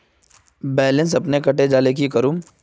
Balance अपने कते जाले की करूम?